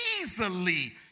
easily